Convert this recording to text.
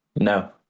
No